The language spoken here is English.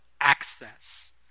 access